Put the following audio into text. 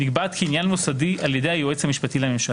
כעניין מוסדי, על ידי היועץ המשפטי לממשלה".